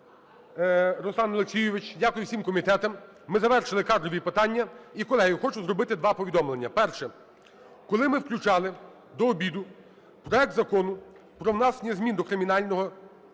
Руслан Олексійович. Дякую всім комітетам. Ми завершили кадрові питання. І, колеги, хочу зробити два повідомлення. Перше. Коли ми включали до обіду проект Закону про внесення змін до Кримінального